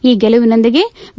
ಈ ಗೆಲುವಿನೊಂದಿಗೆ ಬಿ